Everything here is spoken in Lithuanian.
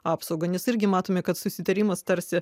apsaugą nes irgi matome kad susitarimas tarsi